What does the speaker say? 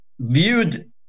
viewed